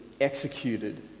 executed